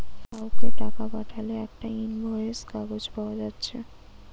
কাউকে টাকা পাঠালে একটা ইনভয়েস কাগজ পায়া যাচ্ছে